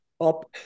up